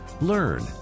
learn